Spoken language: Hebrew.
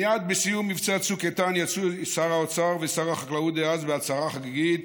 מייד בסיום מבצע צוק איתן יצאו שר האוצר ושר החקלאות דאז בהצהרה חגיגית